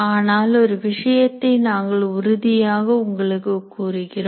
ஆனால் ஒரு விஷயத்தை நாங்கள் உறுதியாக உங்களுக்கு கூறுகிறோம்